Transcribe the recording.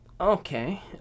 Okay